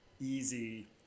easy